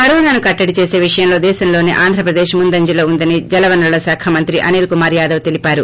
కరోనాను కట్లడి చేసే విషయంలో దేశంలోనే ఆంధ్రప్రదేశ్ ముందంజలో ఉందని జలవనరుల శాఖ మంత్రి అనిల్ కుమార్ యాదవ్ తెలిపారు